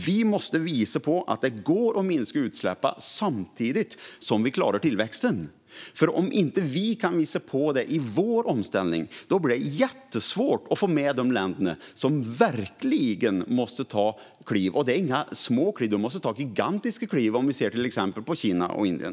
Vi måste visa att det går att minska utsläppen samtidigt som vi klarar tillväxten. Om inte vi kan visa detta i vår omställning blir det jättesvårt att få med de länder som verkligen måste ta kliv. Och det är inga små kliv de måste ta, utan de är gigantiska. Vi kan till exempel se på Kina och Indien.